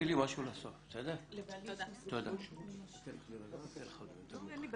יש פה